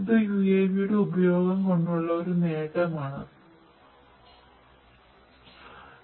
ഇത് UAV യുടെ ഉപയോഗം കൊണ്ടുള്ള ഒരു നേട്ടം ആണ്